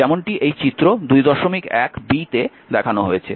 যেমনটি এই চিত্র 21 b তে দেখানো হয়েছে